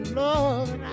love